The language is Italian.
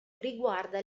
riguarda